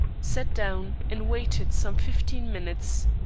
sat down, and waited some fifteen minutes.